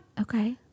Okay